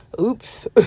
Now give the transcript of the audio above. Oops